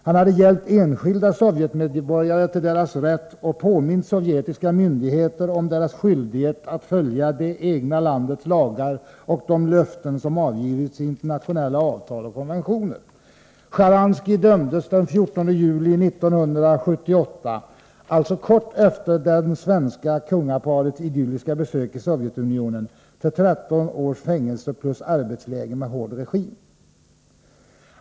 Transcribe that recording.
Han hade hjälpt enskilda sovjetmedborgare till deras rätt och påmint sovjetiska myndigheter om deras skyldighet att följa det egna landets lagar och de löften, som avgivits i internationella avtal och konventioner. Sjtjaranskij dömdes den 14 juli 1978 — alltså kort efter det svenska kungaparets idylliska besök i Sovjetunionen — till 13 års fängelse plus arbetsläger med hård regim.